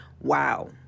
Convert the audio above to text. Wow